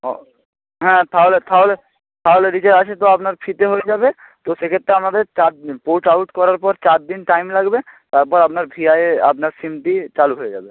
ও হ্যাঁ তাহলে তাহলে তাহলে রিচার্জ আছে তো আপনার ফ্রিতে হয়ে যাবে তো সে ক্ষেত্রে আমাদের চার পোর্ট আউট করার পর চার দিন টাইম লাগবে তারপর আপনার ভি আয়ে আপনার সিমটি চালু হয়ে যাবে